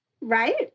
right